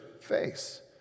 face